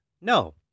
No